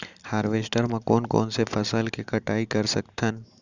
Harvester म कोन कोन से फसल के कटाई कर सकथन?